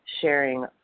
sharing